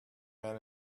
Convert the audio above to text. men